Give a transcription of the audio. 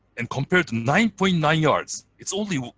and compared to nine point nine yards, it's only